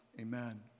Amen